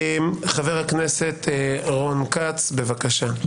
חבר הכנסת רון כץ, בבקשה.